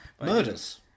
Murders